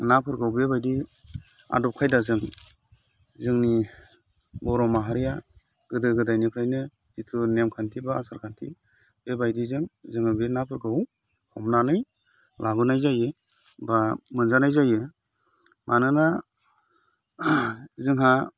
नाफोरखौ बेबायदि आदब खायदाजों जोंनि बर' माहारिया गोदो गोदायनिफ्रायनो जिथु नेम खान्थि बा आसार खान्थि बेबायदिजों जोङो बे नाफोरखौ हमनानै लाबोनाय जायो बा मोनजानाय जायो मानोना जोंहा